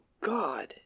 God